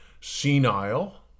Senile